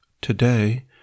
Today